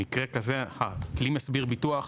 במקרה כזה, הכלי מסביר ביטוח,